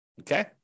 okay